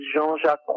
Jean-Jacques